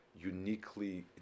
uniquely